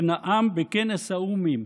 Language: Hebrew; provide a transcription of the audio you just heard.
ונאם בכנס האומים: